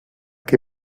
que